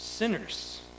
sinners